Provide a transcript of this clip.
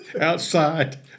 outside